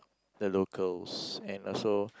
the locals and also